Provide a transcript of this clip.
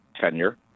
tenure